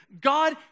God